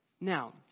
Now